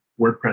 WordPress